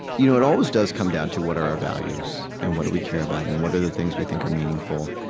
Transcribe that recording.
you know it always does come down to, what are our values? and what do we care about? and what are the things that we think are meaningful?